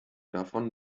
davon